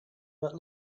but